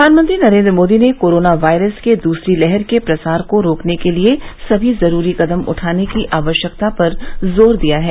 प्रधानमंत्री नरेन्द्र मोदी ने corona virus के दूसरी लहर के प्रसार को रोकने के लिए सभी जरूरी कदम उठाने की आवश्यकता पर जोर दिया है